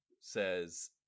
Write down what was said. says